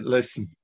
Listen